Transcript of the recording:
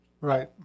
Right